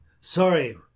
sorry